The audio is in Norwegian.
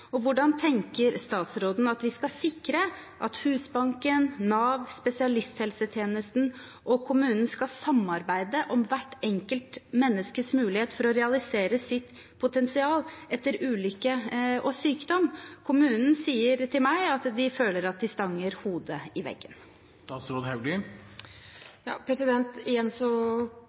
Hvordan tenker statsråden at vi skal sikre at Husbanken, Nav, spesialisthelsetjenesten og kommunen samarbeider om hvert enkelt menneskes mulighet for å realisere sitt potensial etter ulykke og sykdom? Kommunen sier til meg at de føler at de stanger hodet i veggen. Det framkommer ikke om man har søkt og fått avslag, eller hva man har søkt om, så